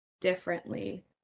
Differently